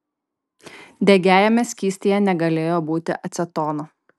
degiajame skystyje negalėjo būti acetono